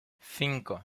cinco